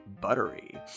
buttery